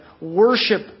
worship